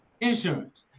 Insurance